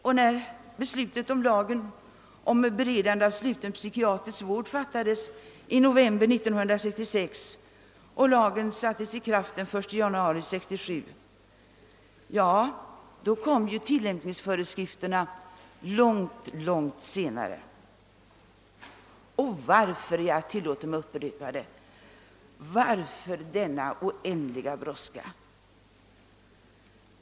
Och när beslutet om lagen om beredande av sluten psykiatrisk vård fattades i november 1966 och lagen sattes i kraft den 1 januari 1967, så kom tillämpningsföreskrifter långt senare. Varför denna oerhörda brådska, har man skäl att fråga sig.